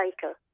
cycle